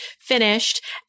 finished